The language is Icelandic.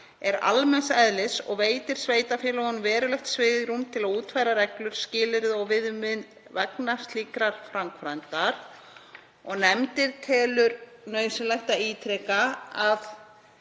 er almenns eðlis og veitir sveitarfélögum verulegt svigrúm til að útfæra reglur, skilyrði og viðmið vegna slíkrar framkvæmdar. Nefndin telur þó nauðsynlegt að ítreka að